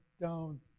down